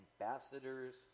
ambassadors